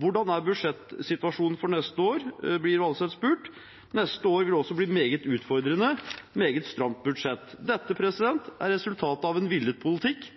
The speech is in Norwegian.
På spørsmål om hvordan budsjettsituasjonen er for neste år, svarer han: «Neste år vil også bli meget utfordrende, og det er et stramt budsjett.» Dette er resultatet av en villet politikk.